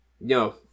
No